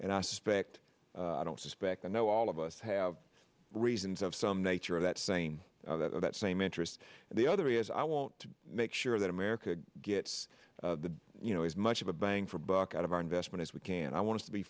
and i suspect i don't suspect i know all of us have reasons of some nature of that saying that same interest and the other is i want to make sure that america gets the you know as much of a bang for buck out of our investment as we can i want to be